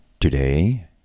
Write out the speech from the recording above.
Today